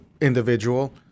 individual